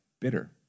bitter